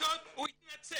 העמותות שהוא יתנצל.